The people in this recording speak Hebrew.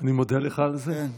אני מודה לך על זה.